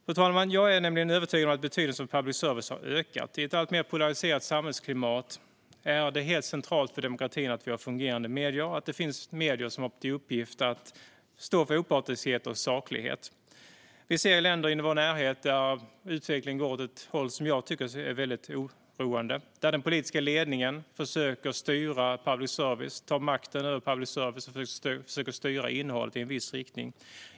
Fru talman! Jag är övertygad om att betydelsen av public service har ökat. I ett alltmer polariserat samhällsklimat är det helt centralt för demokratin att vi har fungerande medier och att det finns medier som har till uppgift att stå för opartiskhet och saklighet. Vi ser i länder i vår närhet att utvecklingen går åt ett håll som jag tycker är väldigt oroande och att den politiska ledningen där försöker ta makten över public service och styra innehållet i en viss riktning.